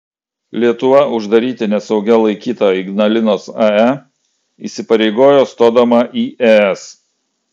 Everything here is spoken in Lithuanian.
lietuva uždaryti nesaugia laikytą ignalinos ae įsipareigojo stodama į es